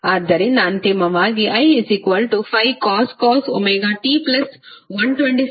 ಆದ್ದರಿಂದ ಅಂತಿಮವಾಗಿ i5cos ωt126